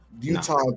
utah